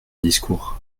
discours